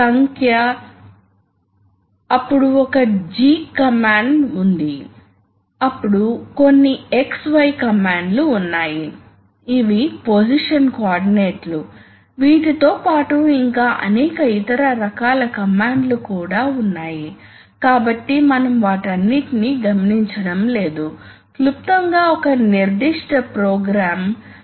అదేవిధంగా ఇక్కడ ఇది ఒక రిలైజేషన్ ఈ న్యూమాటిక్ కంపోనెంట్స్ వివిధ బూలియన్ కండిషన్స్ ఉత్పత్తి చేయడానికి ఎలా ఉపయోగించవచ్చో చూపించాము ఇది three way two position direction control valve లను ఉపయోగించి AND గేట్ యొక్క రిలైజేషన్ కాబట్టి ఏమి జరుగుతుందంటే ఈ రెండు ప్రెషర్ ళ్లు ఆన్ లో ఉన్నప్పుడు ఇది ఈ పెట్టెలో ఉంది